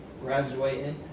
graduating